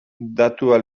datua